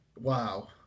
Wow